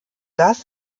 dass